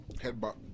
Headbutt